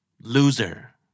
loser